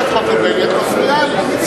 גברת חוטובלי, את מפריעה לי.